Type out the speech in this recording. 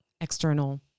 external